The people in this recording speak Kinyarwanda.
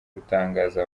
gutangaza